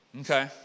okay